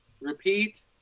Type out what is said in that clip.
Repeat